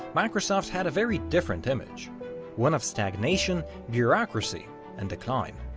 microsoft had a very different image one of stagnation, bureaucracy and decline.